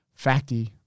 Facty